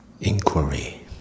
inquiry